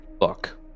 Look